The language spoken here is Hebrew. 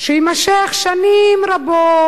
שיימשך שנים רבות,